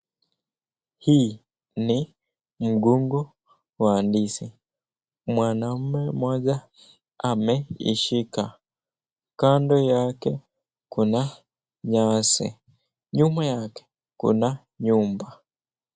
Hii mgomba wa ndizi mwanaume moja ameishika, kando yake kuna nyasi, nyuma yake kuna nyumba.